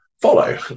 follow